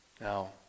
Now